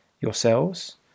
yourselves